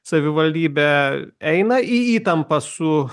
savivaldybė eina į įtampą su